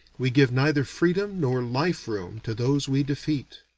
we give neither freedom nor life-room to those we defeat.